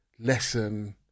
lesson